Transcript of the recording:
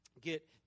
get